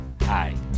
Hi